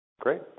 Great